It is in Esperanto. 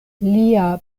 lia